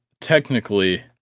technically